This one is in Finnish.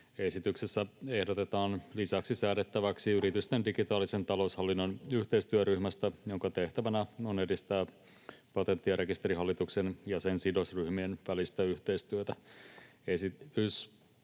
Esityksessä ehdotetaan lisäksi säädettäväksi yritysten digitaalisen taloushallinnon yhteistyöryhmästä, jonka tehtävänä on edistää Patentti‑ ja rekisterihallituksen ja sen sidosryhmien välistä yhteistyötä.